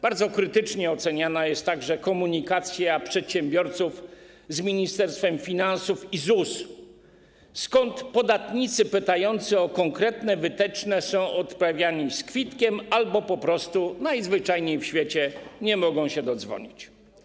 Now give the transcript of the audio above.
Bardzo krytycznie oceniana jest także komunikacja przedsiębiorców z Ministerstwem Finansów i ZUS, skąd podatnicy pytający o konkretne wytyczne są odprawiani z kwitkiem - albo po prostu najzwyczajniej w świecie nie mogą się tam dodzwonić.